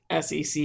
SEC